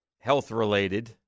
health-related